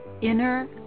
inner